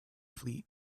fleet